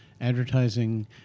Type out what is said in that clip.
advertising